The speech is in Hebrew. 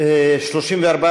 לוי אבקסיס לסעיף 15 לא נתקבלה.